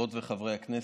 חברות וחברי הכנסת,